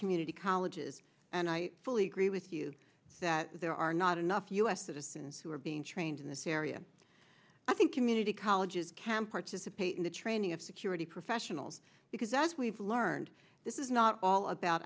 community colleges and i fully agree with you that there are not enough u s citizens who are being trained in this area i think community colleges can participate in the training of security professionals because as we've learned this is not all about